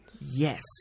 Yes